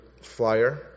flyer